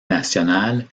nationale